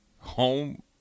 home